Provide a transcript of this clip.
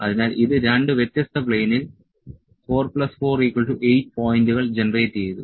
അതിനാൽ ഇത് രണ്ട് വ്യത്യസ്ത പ്ലെയിനിൽ 4 4 8 പോയിന്റുകൾ ജനറേറ്റ് ചെയ്തു